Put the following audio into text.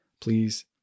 please